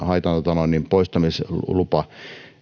haitanpoistamislupia